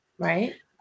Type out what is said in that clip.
Right